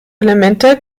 elemente